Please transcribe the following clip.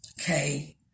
okay